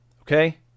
okay